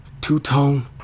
Two-tone